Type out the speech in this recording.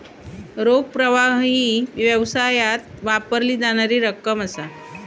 रोख प्रवाह ही व्यवसायात वापरली जाणारी रक्कम असा